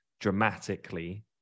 dramatically